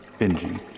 binging